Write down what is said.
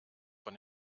von